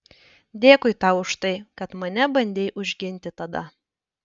dėkui tau už tai kad mane bandei užginti tada